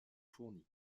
fournis